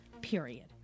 period